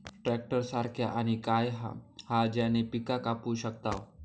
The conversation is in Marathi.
ट्रॅक्टर सारखा आणि काय हा ज्याने पीका कापू शकताव?